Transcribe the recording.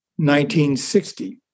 1960